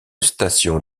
station